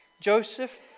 Joseph